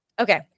Okay